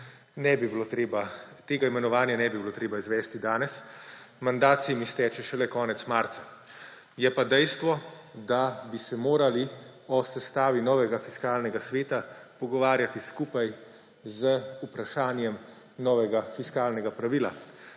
Tega imenovanja ne bi bilo treba izvesti danes, mandat se jim izteče šele konec marca. Je pa dejstvo, da bi se morali o sestavi novega Fiskalnega sveta pogovarjati skupaj z vprašanjem novega fiskalnega pravila.